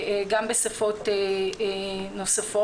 גם בשפות נוספות.